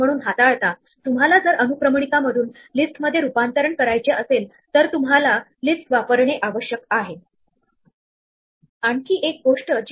म्हणून जसे की आपल्याला अपेक्षित आहे की सेट ने गणितामध्ये त्याच्याशी समकक्ष असलेल्या मूळ ऑपरेशन ला समर्थन दिले पाहिजे